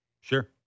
Sure